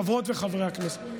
חברות וחברי הכנסת,